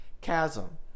chasm